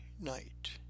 night